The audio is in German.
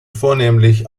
vornehmlich